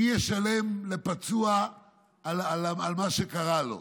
מי ישלם לפצוע על מה שקרה לו?